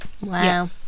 wow